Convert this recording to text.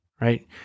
right